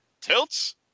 tilts